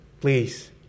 please